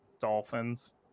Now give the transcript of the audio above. Dolphins